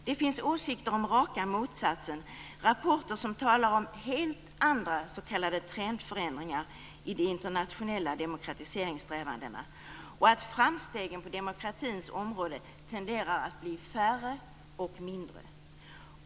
Det finns åsikter om raka motsatsen. Det finns rapporter som talar om helt andra trendförändringar i de internationella demokratiseringssträvandena. Framstegen på demokratins område tenderar att bli färre och mindre.